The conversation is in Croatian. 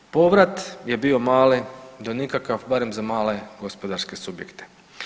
Povrat je bio mali do nikakav barem za male gospodarske subjekte.